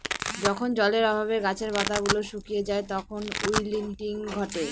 যখন জলের অভাবে গাছের পাতা গুলো শুকিয়ে যায় তখন উইল্টিং ঘটে